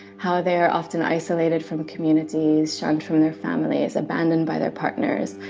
how they're often isolated from communities, shunned from their families, abandoned by their partners.